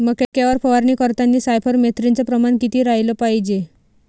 मक्यावर फवारनी करतांनी सायफर मेथ्रीनचं प्रमान किती रायलं पायजे?